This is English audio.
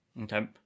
Okay